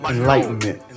Enlightenment